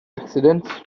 accidents